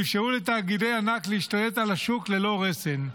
שאפשרו לתאגידי ענק להשתלט על השוק ללא רסן,